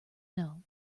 know